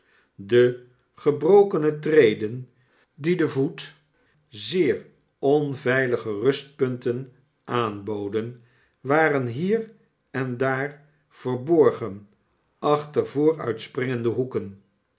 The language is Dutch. de gebrokene treden die den voet zeer onveilige rustpunten aanboden waren hier en daar verborgen achter vooruitspringende hoeken